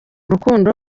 rukundo